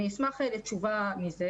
אני אשמח לתשובה על כך.